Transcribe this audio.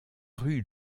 rue